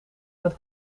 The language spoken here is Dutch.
met